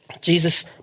Jesus